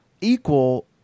equal